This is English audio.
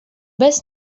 best